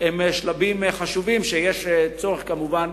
הם שלבים חשובים, ויש צורך, כמובן,